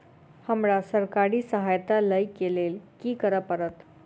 हमरा सरकारी सहायता लई केँ लेल की करऽ पड़त?